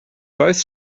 both